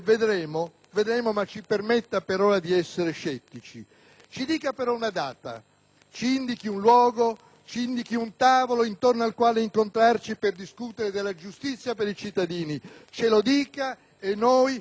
ci indichi un luogo e un tavolo intorno al quale incontrarci per discutere della giustizia per i cittadini. Ce lo dica e noi saremo lì, con le nostre idee e con le nostre proposte. *(Applausi